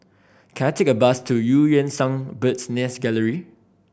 can I take a bus to Eu Yan Sang Bird's Nest Gallery